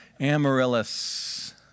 Amaryllis